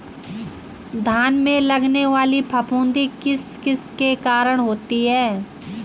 धान में लगने वाली फफूंदी किस किस के कारण होती है?